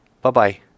Bye-bye